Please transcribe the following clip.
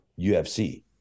UFC